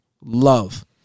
love